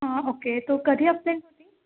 हा ओ के तू कधी ॲब्सेंट होती